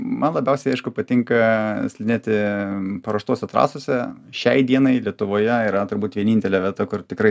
man labiausiai aišku patinka slidinėti paruoštose trasose šiai dienai lietuvoje yra turbūt vienintelė vieta kur tikrai